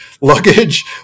luggage